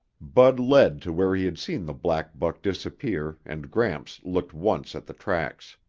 bud led to where he had seen the black buck disappear and gramps looked once at the tracks.